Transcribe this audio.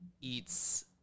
eats